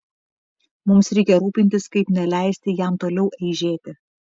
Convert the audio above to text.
mums reikia rūpintis kaip neleisti jam toliau eižėti